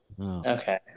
Okay